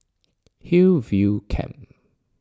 Hillview Camp